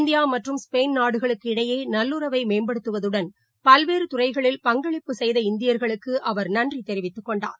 இந்தியாமற்றும் Spain நாடுகளுக்கு இடையேநல்லுறவைமேம்படுத்துவதுடன் பல்வேறுதுறைகளில் பங்களிப்பு செய்த இந்தியர்களுக்குஅவர் நன்றிதெரிவித்துக்கொண்டார்